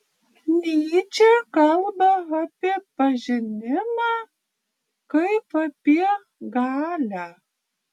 nyčė kalba apie pažinimą kaip apie galią